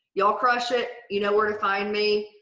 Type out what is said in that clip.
you'll crush it you know where to find me.